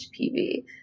HPV